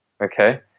okay